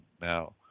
Now